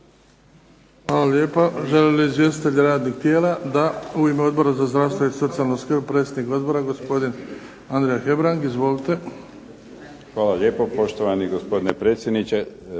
Hvala lijepo. Poštovani gospodine predsjedniče,